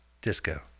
Disco